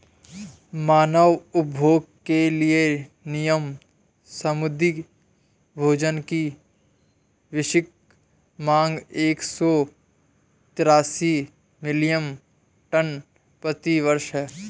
मानव उपभोग के लिए नियत समुद्री भोजन की वैश्विक मांग एक सौ तैंतालीस मिलियन टन प्रति वर्ष है